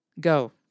Go